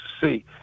see